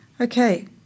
Okay